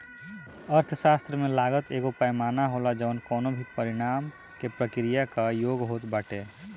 अर्थशास्त्र में लागत एगो पैमाना होला जवन कवनो भी परिणाम के प्रक्रिया कअ योग होत बाटे